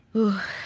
ooh.